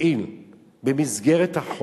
אני מבקש הצעה אחרת,